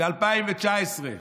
ב-2019,